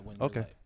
Okay